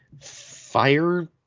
fire